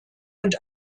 und